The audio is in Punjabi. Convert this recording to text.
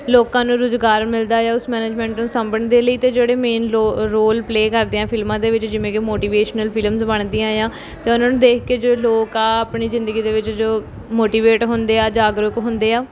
ਲੋਕਾਂ ਨੂੰ ਰੁਜ਼ਗਾਰ ਮਿਲਦਾ ਆ ਉਸ ਮੈਨੇਜਮੈਂਟ ਨੂੰ ਸਾਂਭਣ ਦੇ ਲਈ ਅਤੇ ਜਿਹੜੇ ਮੇਨ ਰੋ ਰੋਲ ਪਲੇਅ ਕਰਦੇ ਆ ਫਿਲਮਾਂ ਦੇ ਵਿੱਚ ਜਿਵੇਂ ਕਿ ਮੋਟੀਵੇਸ਼ਨਲ ਫਿਲਮਜ਼ ਬਣਦੀਆਂ ਏ ਆ ਅਤੇ ਉਹਨਾਂ ਨੂੰ ਦੇਖ ਕੇ ਜੋ ਲੋਕ ਆ ਆਪਣੀ ਜ਼ਿੰਦਗੀ ਦੇ ਵਿੱਚ ਜੋ ਮੋਟੀਵੇਟ ਹੁੰਦੇ ਆ ਜਾਗਰੂਕ ਹੁੰਦੇ ਆ